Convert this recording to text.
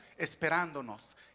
esperándonos